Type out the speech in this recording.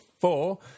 four